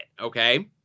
okay